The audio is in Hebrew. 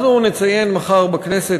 אנחנו נציין מחר בכנסת,